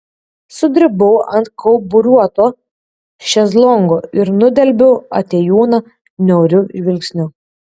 sudribau ant kauburiuoto šezlongo ir nudelbiau atėjūną niauriu žvilgsniu